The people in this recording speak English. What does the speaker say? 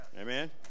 amen